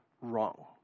wrong